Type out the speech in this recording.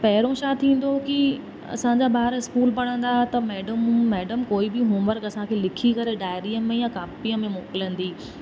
पहिरों छा थींदो हो कि असांजा ॿार स्कूल पढ़ंदा त मैडम मैडम कोई बि होमवर्क असांखे लिखी करे डायरी में या कॉपीअ में मोकिलींदी